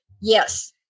yes